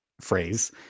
phrase